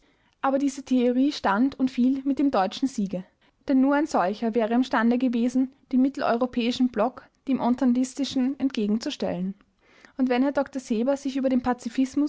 aber diese theorie stand und fiel mit dem deutschen siege denn nur ein solcher wäre imstande gewesen den mitteleuropäischen block dem ententistischen entgegenzustellen und wenn herr dr seber sich über den